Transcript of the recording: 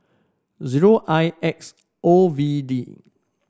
zero I X O V D